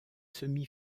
semi